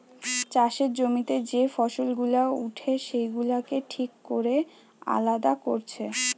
চাষের জমিতে যে ফসল গুলা উঠে সেগুলাকে ঠিক কোরে আলাদা কোরছে